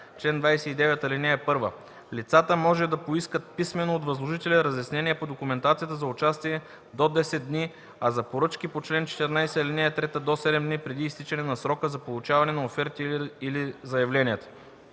„Чл. 29. (1) Лицата може да поискат писмено от възложителя разяснения по документацията за участие до 10 дни, а за поръчки по чл. 14, ал. 3 – до 7 дни, преди изтичането на срока за получаване на офертите или заявленията.